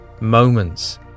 moments